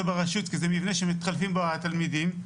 בראשות וזה מבנים שמחולקים בו התלמידים,